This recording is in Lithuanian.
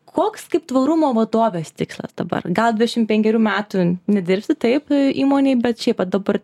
koks kaip tvarumo vadovės tikslas dabar gal dvidešim penkerių metų nedirbsi taip įmonėj bet šiaip va dabar